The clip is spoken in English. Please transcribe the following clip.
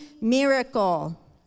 miracle